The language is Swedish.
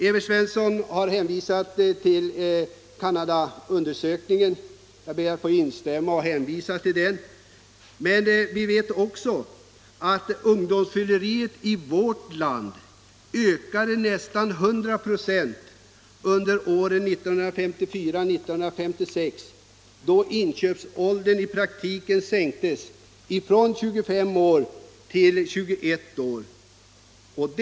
Evert Svensson hänvisade till Canadaundersökningen, och jag ber att få instämma. Men vi vet också att ungdomsfylleriet i vårt land ökade med nästan 100 ". under åren 1954-1956, då inköpsåldern i praktiken sänktes från 25 till 21 år.